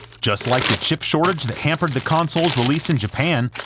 just like the chip shortage that hampered the console's release in japan,